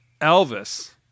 Elvis